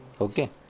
okay